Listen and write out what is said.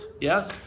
Yes